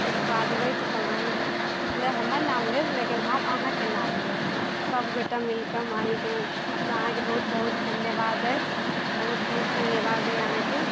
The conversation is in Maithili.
सभके खुआ देबै तऽ सभ अहींके मतलब हमर नाम लेत मतलब लेकिन हम अहाँके नाम लेब सभगोटा मिलके हम अहींके मतलब अहाँके बहुत बहुत धन्यवाद अइ बहुत बहुत धन्यवाद अइ अहाँके